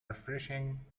refreshing